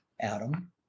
Adam